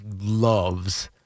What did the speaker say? loves